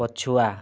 ପଛୁଆ